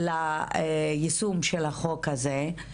ליישום של החוק הזה,